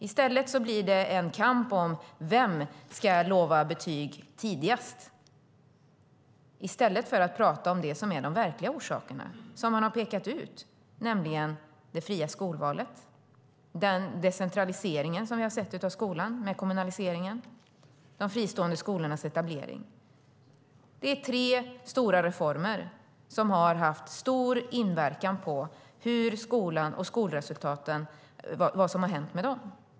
Det blir en kamp om vem som kan lova betyg tidigast i stället för att tala om det som är de verkliga orsakerna som har pekats ut, nämligen det fria skolvalet, den decentralisering i och med kommunaliseringen som vi har sett av skolan och de fristående skolornas etablering. Det är tre stora reformer som har haft stor inverkan på det som har hänt med skolan och skolresultaten.